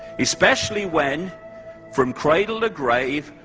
especially, when from cradle to grave,